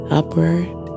upward